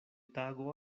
tago